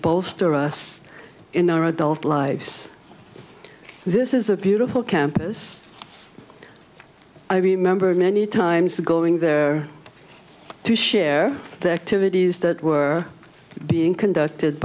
both store us in our adult lives this is a beautiful campus i remember many times going there to share their tip it is that were being conducted